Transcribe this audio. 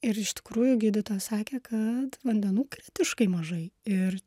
ir iš tikrųjų gydytojas sakė kad vandenų kritiškai mažai ir